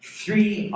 three